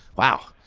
wow,